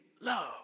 love